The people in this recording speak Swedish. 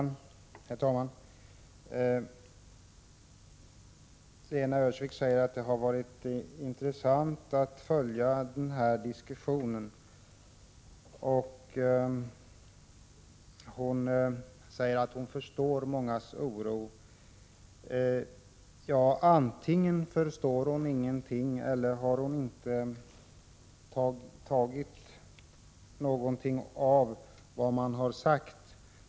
Herr talman! Lena Öhrsvik säger att det har varit intressant att följa denna diskussion. Hon säger att hon förstår mångas oro. Ja, antingen förstår hon ingenting alls eller också har hon inte tagit till sig något av det som man har sagt.